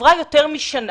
עברה יותר משנה,